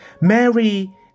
Mary